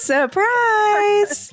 Surprise